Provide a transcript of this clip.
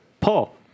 Paul